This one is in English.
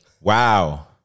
Wow